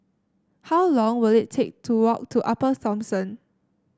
how long will it take to walk to Upper Thomson